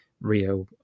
Rio